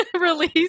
release